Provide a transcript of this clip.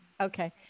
Okay